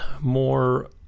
more